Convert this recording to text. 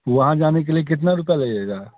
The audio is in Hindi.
वहाँ जाने के लिए कितना रुपया लगेगा